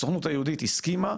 הסוכנות היהודית הסכימה,